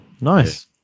nice